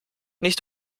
nicht